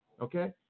okay